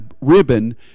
ribbon